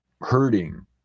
hurting